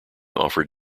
offered